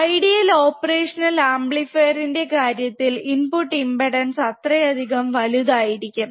ideal operational അമ്പ്ലിഫീർന്റെ കാര്യത്തിൽ input impedance അത്രയധികം വലുതായിരിക്കും